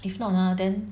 if not ah then